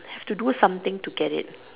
have to do something to get it